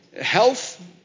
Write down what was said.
health